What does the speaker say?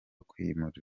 kwimurwa